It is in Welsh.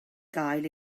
gael